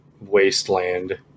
wasteland